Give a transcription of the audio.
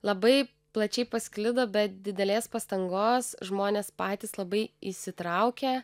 labai plačiai pasklido be didelės pastangos žmonės patys labai įsitraukė